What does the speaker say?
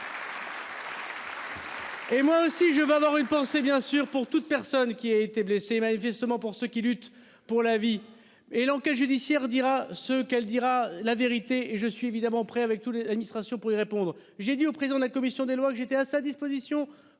Et moi aussi je vais avoir une pensée bien sûr pour toute personne qui a été blessées manifestement pour ceux qui luttent pour la vie et l'enquête judiciaire dira ce qu'elle dira la vérité et je suis évidemment prêt avec tous les administrations pour lui répondre, j'ai dit au président de la commission des lois que j'étais à sa disposition